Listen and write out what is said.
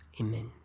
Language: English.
Amen